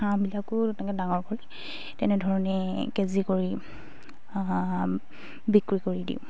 হাঁহবিলাকো তেনেকে ডাঙৰ কৰি তেনেধৰণে কেজি কৰি বিক্ৰী কৰি দিওঁ